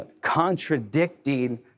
contradicting